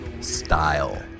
Style